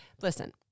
listen